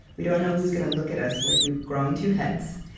we don't know who's gonna look at us like we've grown two heads,